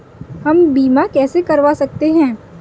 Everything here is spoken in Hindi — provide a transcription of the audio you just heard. हम बीमा कैसे करवा सकते हैं?